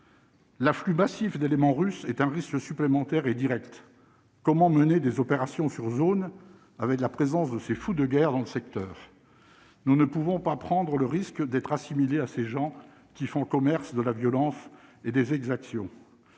L'afflux massif d'éléments russe est un risque supplémentaire et Direct, comment mener des opérations sur zone avec la présence de ces fous de guerre dans le secteur, nous ne pouvons pas prendre le risque d'être assimilés à ces gens qui font commerce de la violence et des exactions